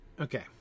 Okay